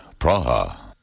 Praha